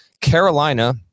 Carolina